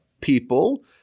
people